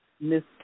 Miss